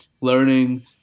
learning